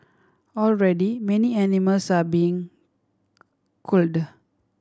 already many animals are being culled